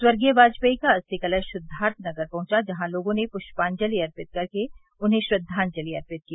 स्वर्गीय वाजपेई का अस्थि कलश सिद्वार्थनगर पहुंचा जहां लोगों ने पृष्पाजंलि अर्पित कर के उन्हें श्रद्वाजंलि अर्पित की